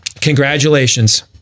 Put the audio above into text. congratulations